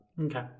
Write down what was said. Okay